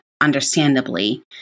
understandably